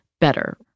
better